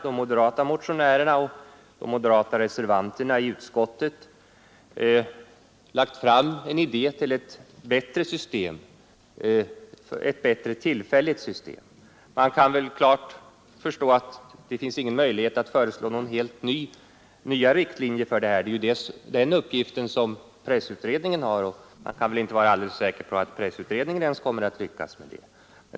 De moderata mationärerna och de moderata reservanterna i utskottet har lagt fram en idé till ett bättre tillfälligt system. Man kan lätt förstå att det inte finns någon möjlighet att föreslå helt nya riktlinjer. Det är ju den uppgiften som pressutredningen har, och det är inte alldeles säkert att ens pressutredningen kommer att lyckas med det.